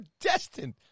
destined